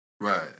Right